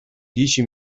dieci